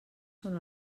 són